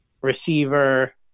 receiver